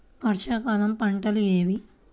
వర్షాకాలం పంటలు ఏవి?